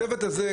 הצוות הזה,